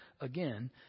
again